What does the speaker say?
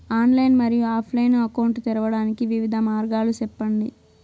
Online మరియు offline account తెరవడానికి వివిధ మార్గాలు మాకు సెప్పండి?